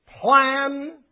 plan